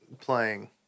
playing